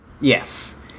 Yes